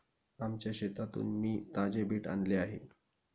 आमच्या शेतातून मी ताजे बीट आणले आहे